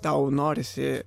tau norisi